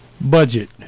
Budget